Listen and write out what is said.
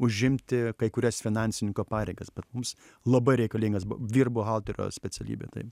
užimti kai kurias finansininko pareigas bet mums labai reikalingas vyr buhalterio specialybė taip